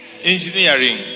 engineering